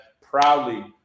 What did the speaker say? proudly